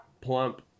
plump